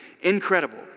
Incredible